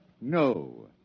No